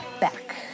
back